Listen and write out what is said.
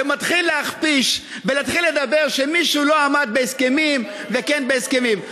ומתחיל להכפיש ומתחיל לדבר שמישהו לא עמד בהסכמים וכן עמד בהסכמים.